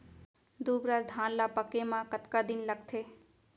दुबराज धान ला पके मा कतका दिन लगथे?